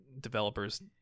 developers